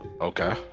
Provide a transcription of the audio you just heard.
Okay